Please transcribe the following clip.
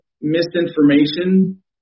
misinformation